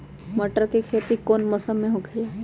मटर के खेती कौन मौसम में होखेला?